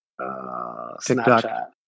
snapchat